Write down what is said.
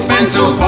Pencil